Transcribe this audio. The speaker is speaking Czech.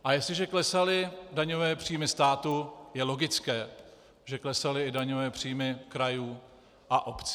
A jestliže klesaly daňové příjmy státu, je logické, že klesaly i daňové příjmy krajů a obcí.